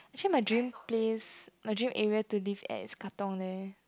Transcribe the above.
actually my dream place my dream area to this at it's Katong leh